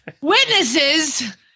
witnesses